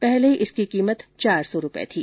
पहले इसकी कीमत चार सौ रुपये थी